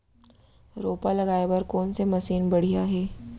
रोपा लगाए बर कोन से मशीन बढ़िया हे?